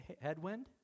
headwind